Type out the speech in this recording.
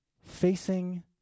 facing